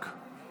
"יצחק".